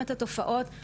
שמה לעשות,